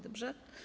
Dobrze?